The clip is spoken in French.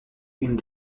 une